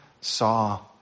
saw